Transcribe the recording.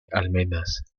almenas